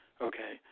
Okay